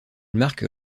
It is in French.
marque